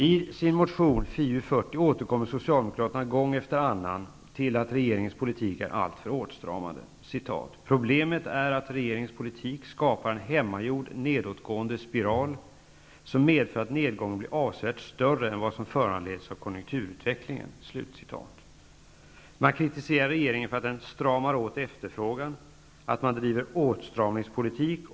I sin motion Fi40 återkommer Socialdemokraterna gång efter annan till att regeringens politik är alltför åtstramande. De skriver: ''Problemet är att regeringens politik skapar en hemmagjord nedåtgående spiral, som medför att nedgången blir avsevärt större än vad som föranleds av konjunkturutvecklingen.'' Man kritiserar regeringen för att den ''stramar åt efterfrågan'' och driver ''åtstramningspolitik''.